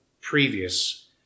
previous